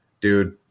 dude